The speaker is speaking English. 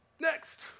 Next